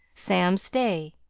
sam stay.